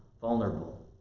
vulnerable